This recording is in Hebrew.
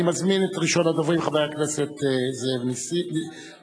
אני מזמין את ראשון הדוברים, חבר הכנסת זאב נסים.